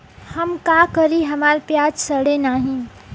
हम का करी हमार प्याज सड़ें नाही?